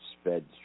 sped